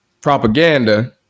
propaganda